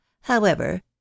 However